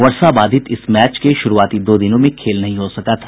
वर्षा बाधित इस मैच के शुरूआती दो दिनों में खेल नहीं हो सका था